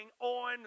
on